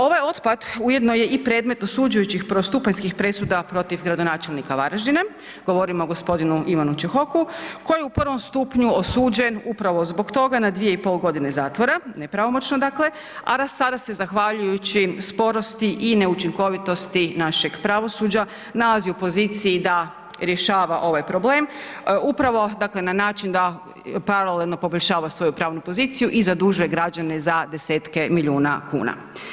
Ovaj otpad ujedno je i predmet osuđujućih prvostupanjskih presuda protiv gradonačelnika Varaždina, govorim o g. Ivanu Čehoku, koji je u prvom stupnju osuđen upravo zbog toga na 2,5 godine zatvora, nepravomoćno, dakle, a sada se zahvaljujući sporosti i neučinkovitosti našeg pravosuđa nalazi u poziciji da rješava ovaj problem, upravo, dakle na način da paralelno poboljšava svoju pravnu poziciju i zadužuje građane za desetke milijuna kuna.